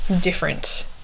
different